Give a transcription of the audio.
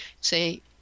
say